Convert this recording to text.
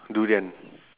durian